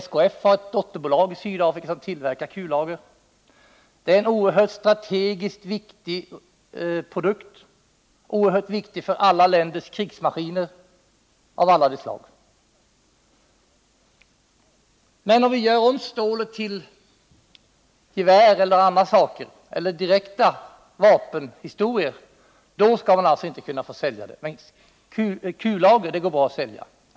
SKF har ett dotterbolag i Sydafrika som tillverkar kullager där. Kullager är en strategiskt oerhört viktig produkt — den är oerhört viktig för alla länders krigsmaskiner av alla slag. Om vi gör om stålet till gevär eller andra saker eller specifika vapendelar skall vi alltså inte få sälja dem, men kullager går det bra att sälja.